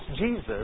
Jesus